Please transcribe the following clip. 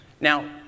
Now